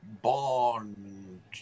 Bond